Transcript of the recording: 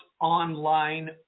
online